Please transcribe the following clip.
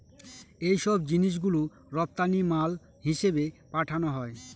এইসব জিনিস গুলো রপ্তানি মাল হিসেবে পাঠানো হয়